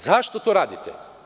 Zašto to radite?